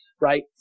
right